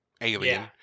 alien